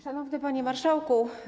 Szanowny Panie Marszałku!